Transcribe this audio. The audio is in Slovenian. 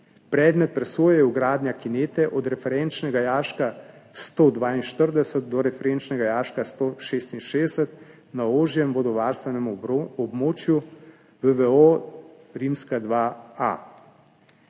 Predmet presoje je vgradnja kinete od referenčnega jaška 142 do referenčnega jaška 166 na ožjem vodovarstvenem območju VVO II A.